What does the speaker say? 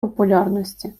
популярності